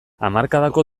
hamarkadako